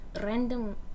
random